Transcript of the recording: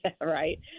right